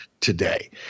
today